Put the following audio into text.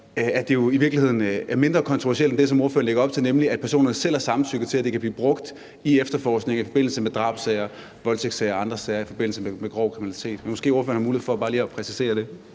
at det i virkeligheden er mindre kontroversielt end det, som ordføreren lægger op til, nemlig at personerne selv har samtykket til, at det kan blive brugt i efterforskning i forbindelse med drabssager, voldtægtssager og andre sager om grov kriminalitet. Men måske har ordføreren mulighed for bare lige at præcisere det.